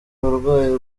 uburwayi